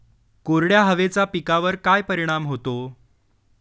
कोरड्या हवेचा पिकावर काय परिणाम होतो?